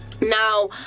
now